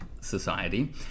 society